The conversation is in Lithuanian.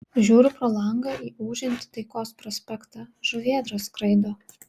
žiūriu pro langą į ūžiantį taikos prospektą žuvėdros skraido